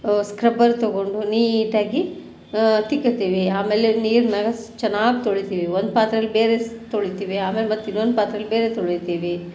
scrubber ತಗೊಂಡು ನೀಟಾಗಿ ತಿಕ್ಕುತ್ತೀವಿ ಆಮೇಲೆ ನೀರ್ನಾಗೆ ಚೆನ್ನಾಗಿ ತೊಳಿತೀವಿ ಒಂದು ಪಾತ್ರೆಲಿ ಬೆರೆಸಿ ತೊಳಿತೀವಿ ಆಮೇಲೆ ಮತ್ತು ಇನ್ನೊಂದು ಪಾತ್ರೆಲಿ ಬೇರೆ ತೊಳಿತೀವಿ